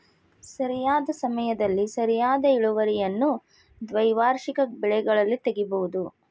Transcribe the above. ಸರಿಯಾದ ಸಮಯದಲ್ಲಿ ಸರಿಯಾದ ಇಳುವರಿಯನ್ನು ದ್ವೈವಾರ್ಷಿಕ ಬೆಳೆಗಳಲ್ಲಿ ತಗಿಬಹುದು